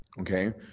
okay